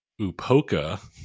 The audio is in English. Upoka